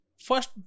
First